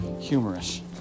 humorous